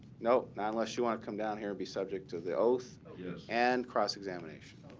no, not unless you want to come down here and be subject to the oath and cross-examination.